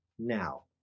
Now